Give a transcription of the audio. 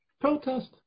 protest